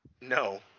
No